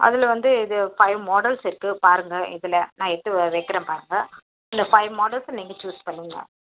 அதில் வந்து இது ஃபைவ் மாடல்ஸ் இருக்குது பாருங்கள் இதில் நான் எட்டு வைக்கறேன் பாருங்கள் இந்த ஃபைவ் மாடல்ஸில் நீங்கள் சூஸ் பண்ணுங்கள்